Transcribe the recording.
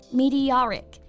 meteoric